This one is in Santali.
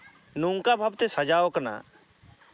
ᱱᱚᱝᱠᱟ ᱵᱷᱟᱵᱽ ᱛᱮ ᱥᱟᱡᱟᱣ ᱠᱟᱱᱟ